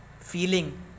feeling